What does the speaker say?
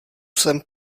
sem